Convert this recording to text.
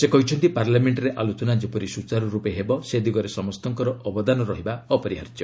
ସେ କହିଛନ୍ତି ପାର୍ଲାମେଣ୍ଟରେ ଆଲୋଚନା ଯେପରି ସୁଚାରୁର୍ପେ ହେବ ସେ ଦିଗରେ ସମସ୍ତଙ୍କର ଅବଦାନ ରହିବା ଅପରିହାର୍ଯ୍ୟ